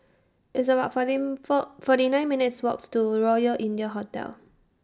It's about forty four forty nine minutes' Walk to Royal India Hotel